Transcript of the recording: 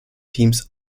teams